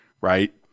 right